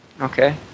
Okay